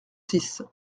six